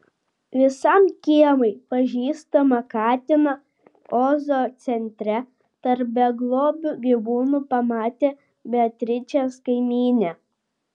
visam kiemui pažįstamą katiną ozo centre tarp beglobių gyvūnų pamatė beatričės kaimynė